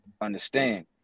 understand